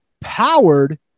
powered